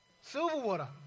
Silverwater